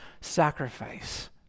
sacrifice